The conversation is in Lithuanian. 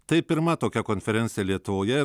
tai pirma tokia konferencija lietuvoje